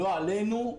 לא עלינו,